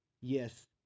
Yes